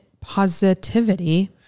Positivity